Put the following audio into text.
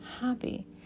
happy